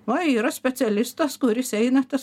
va yra specialistas kuris eina tas